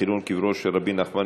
הכאת יהודים וחילול קברו של רבי נחמן